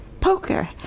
poker